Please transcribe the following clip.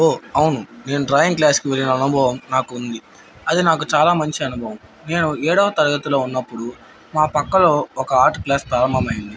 ఓ అవును నేను డ్రాయింగ్ క్లాస్కి వెళ్ళిన అనుభవం నాకు ఉంది అది నాకు చాలా మంచి అనుభవం నేను ఏడవ తరగతిలో ఉన్నప్పుడు మా ప్రక్కలో ఒక ఆర్ట్ క్లాస్ ప్రారంభమైంది